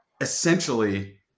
essentially